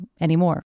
anymore